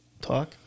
Talk